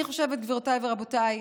אני חושבת, גבירותיי ורבותיי,